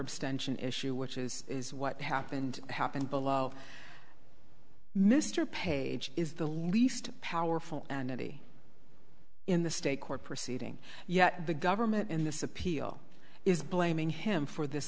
abstention issue which is what happened happened below mr page is the least powerful and empty in the state court proceeding yet the government in this appeal is blaming him for this